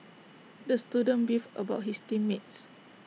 the student beefed about his team mates